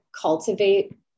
cultivate